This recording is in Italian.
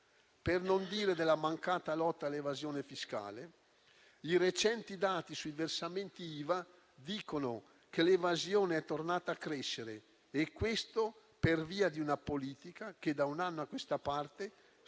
Per non dire della mancata lotta all'evasione fiscale. I recenti dati sui versamenti IVA dicono che l'evasione è tornata a crescere, per via di una politica che, da un anno a questa parte, strizza